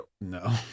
No